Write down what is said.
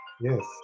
Yes